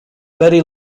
very